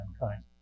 mankind